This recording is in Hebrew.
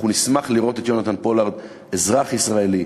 אנחנו נשמח לראות את ג'ונתן פולארד אזרח ישראלי,